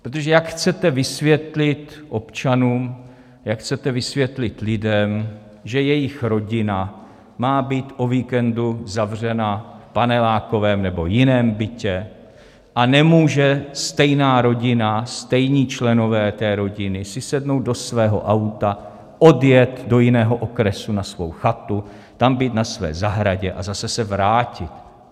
Protože jak chcete vysvětlit občanům, jak chcete vysvětlit lidem, že jejich rodina má být o víkendu zavřena v panelákovém nebo jiném bytě, a nemůže stejná rodina, stejní členové té rodiny, si sednout do svého auta, odjet do jiného okresu na svou chatu, tam být na své zahradě a zase se vrátit?